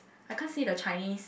I can't say the Chinese